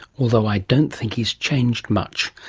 although i don't think he's changed much.